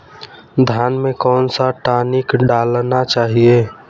धान में कौन सा टॉनिक डालना चाहिए?